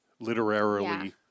literarily